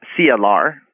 CLR